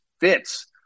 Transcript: fits